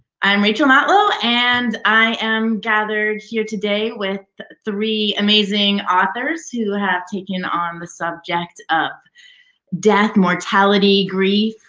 i'm rachel matlow and i am gathered here today with three amazing authors who have taken on the subject of death, mortality, grief,